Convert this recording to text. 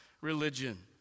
religion